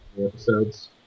episodes